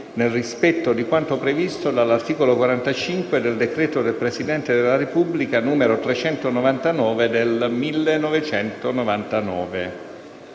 nel rispetto di quanto previsto dall'articolo 45 del decreto del Presidente della Repubblica n. 399 del 1999».